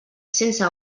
sense